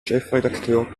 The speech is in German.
chefredakteur